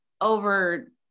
over